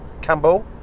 Campbell